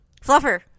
Fluffer